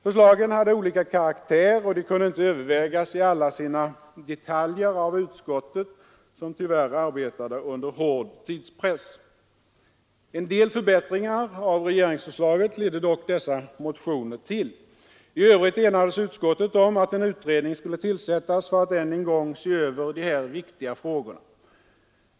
Förslagen hade olika karaktär, och de kunde inte övervägas i alla sina detaljer av utskottet, som tyvärr arbetade under hård tidspress. En del förbättringar av regeringsförslaget ledde dock dessa motioner till. I övrigt enades utskottet om att en utredning skulle tillsättas för att än en gång se över de här viktiga frågorna.